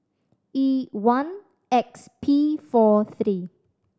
E one X P four three